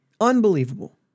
unbelievable